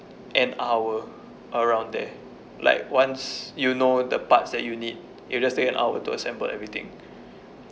an hour around there like once you know the parts that you need it will just take an hour to assemble everything